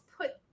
put